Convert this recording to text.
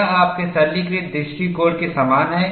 यह आपके सरलीकृत दृष्टिकोण के समान है